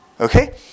Okay